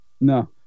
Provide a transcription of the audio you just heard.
No